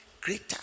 greater